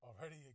already